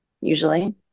usually